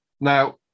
Now